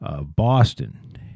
Boston